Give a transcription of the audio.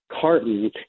carton